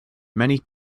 many